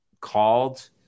called